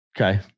Okay